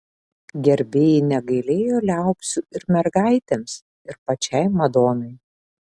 gerbėjai negailėjo liaupsių ir mergaitėms ir pačiai madonai